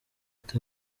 act